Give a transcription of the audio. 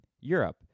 Europe